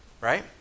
right